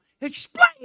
explain